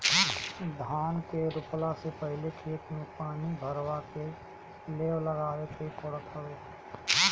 धान के रोपला से पहिले खेत में पानी भरवा के लेव लगावे के पड़त हवे